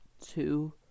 two